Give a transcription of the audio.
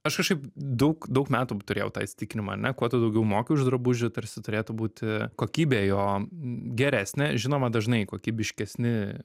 aš kažkaip daug daug metų turėjau tą įsitikinimą ane kuo tu daugiau moki už drabužį tarsi turėtų būti kokybė jo m geresnė žinoma dažnai kokybiškesni